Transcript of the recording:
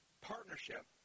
partnership